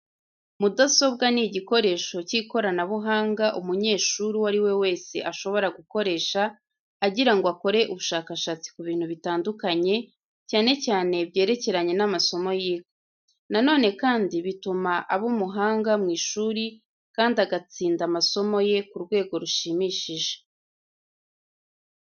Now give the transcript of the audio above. Mudasobwa ni igikoresho cy'ikoranabuhanga umunyeshuri uwo ari we wese ashobora gukoresha agira ngo akore ubushakashatsi ku bintu bitandukanye cyane cyane byerekeranye n'amasomo yiga. Nanone kandi bituma aba umuhanga mu ishuri kandi agatsinda amasomo ye ku rwego rushimishije.